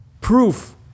proof